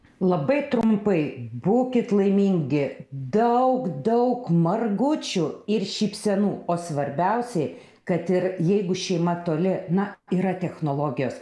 labai trumpai būkit laimingi daug daug margučių ir šypsenų o svarbiausiai kad ir jeigu šeima toli na yra technologijos